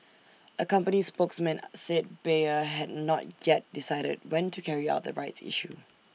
A company spokesman said Bayer had not yet decided when to carry out the rights issue